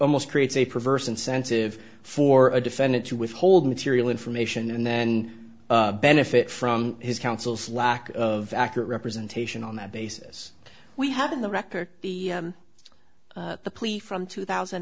almost creates a perverse incentive for a defendant to withhold material information and then benefit from his counsel's lack of accurate representation on that basis we have in the record the plea from two thousand